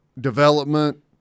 development